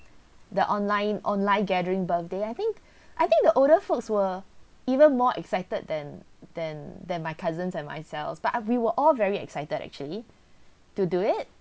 the online online gathering birthday I think I think the older folks were even more excited than than than my cousins and myself but uh we were all very excited actually to do it